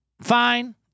Fine